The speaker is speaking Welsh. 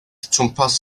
twmpath